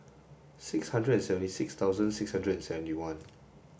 six hundred and seventy six thousand six hundred seventy one